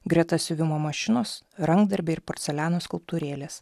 greta siuvimo mašinos rankdarbiai ir porceliano skulptūrėlės